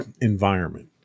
environment